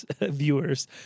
viewers